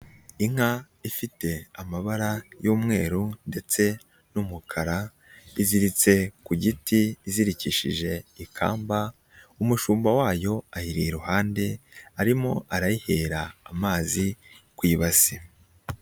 Inka ifite amabara y'umweru ndetse n'umukara, iziritse ku giti izirikishije ikamba, umushumba wayo ayiri iruhande arimo arayihera amazi ku ibasi.